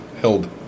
held